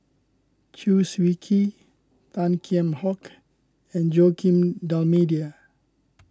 Chew Swee Kee Tan Kheam Hock and Joaquim D'Almeida